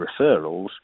referrals